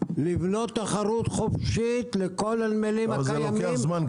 לבנות תחרות חופשית לכל הנמלים הקיימים -- אבל זה לוקח זמן,